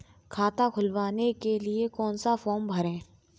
खाता खुलवाने के लिए कौन सा फॉर्म भरें?